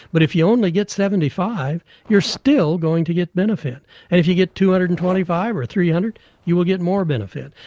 but if you only get seventy five you're still going to get benefit and if you get two hundred and twenty five or three hundred you will get more benefit.